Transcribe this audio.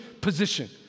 position